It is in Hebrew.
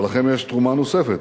אבל לכם יש תרומה נוספת,